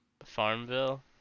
Farmville